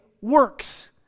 works